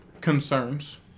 concerns